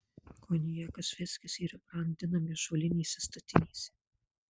konjakas viskis yra brandinami ąžuolinėse statinėse